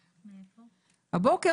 הבוקר,